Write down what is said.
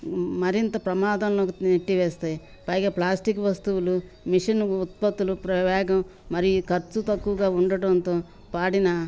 మరింత ప్రమాదంలో నిట్టి వేస్తాయి పైగా ప్లాస్టిక్ వస్తువులు మిషన్ ఉత్పత్తులు ప్ర వేగం మరియు ఖర్చు తక్కువగా ఉండటంతో పాడిన